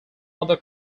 other